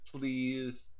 Please